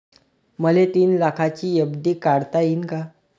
मले तीन लाखाची एफ.डी काढता येईन का?